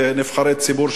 כנבחרי ציבור,